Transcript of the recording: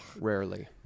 Rarely